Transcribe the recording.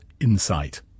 insight